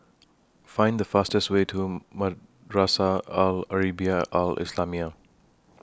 Find The fastest Way to Madrasah Al Arabiah Al Islamiah